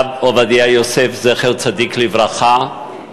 הרב עובדיה יוסף, זכר צדיק לברכה.